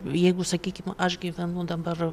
jeigu sakykim aš gyvenu dabar